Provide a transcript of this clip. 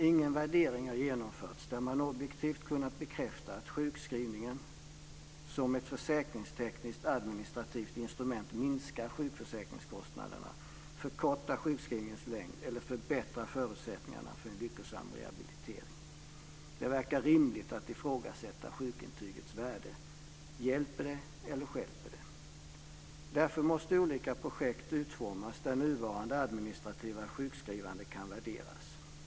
Ingen värdering har genomförts där man objektivt har kunnat bekräfta att sjukskrivningen, som ett försäkringstekniskt administrativt instrument, minskar sjukförsäkringskostnaderna, förkortar sjukskrivningens längd eller förbättrar förutsättningarna för en lyckosam rehabilitering. Det verkar rimligt att ifrågasätta sjukintygets värde. Hjälper det, eller stjälper det? Därför måste olika projekt utformas där nuvarande administrativa sjukskrivande kan värderas.